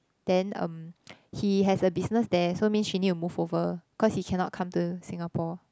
then um he has a business there so means she needs to move over cause he cannot come to Singapore